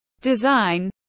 design